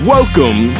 Welcome